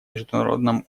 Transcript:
международном